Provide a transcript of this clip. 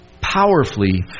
powerfully